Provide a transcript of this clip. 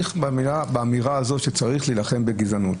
באמירה הזאת שצריך להילחם בגזענות.